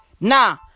Nah